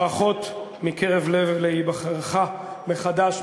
ברכות מקרב לב להיבחרך מחדש,